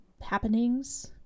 happenings